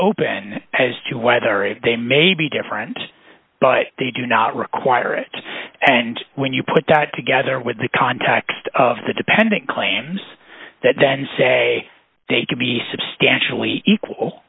open as to whether a day may be different but they do not require it and when you put that together with the context of the dependent claims that then say they can be substantially equal